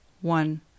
one